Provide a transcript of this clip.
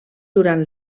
durant